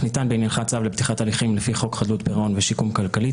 ניתן בעניינך צו לפתיחת הליכים לפי חוק חדלות פירעון ושיקום כלכלי,